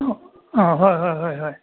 ꯑꯥ ꯍꯣꯏ ꯍꯣꯏ ꯍꯣꯏ ꯍꯣꯏ